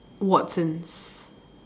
Watsons